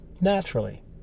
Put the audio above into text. naturally